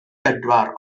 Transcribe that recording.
bedwar